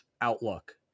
outlook